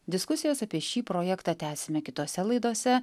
diskusijas apie šį projektą tęsime kitose laidose